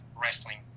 wrestling